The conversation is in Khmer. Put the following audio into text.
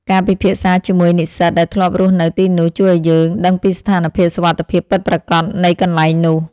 ការពិភាក្សាជាមួយនិស្សិតដែលធ្លាប់រស់នៅទីនោះជួយឱ្យយើងដឹងពីស្ថានភាពសុវត្ថិភាពពិតប្រាកដនៃកន្លែងនោះ។